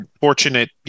fortunate